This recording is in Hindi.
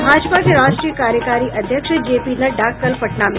और भाजपा के राष्ट्रीय कार्यकारी अध्यक्ष जेपी नड्डा कल पटना में